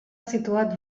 situat